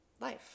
life